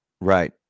Right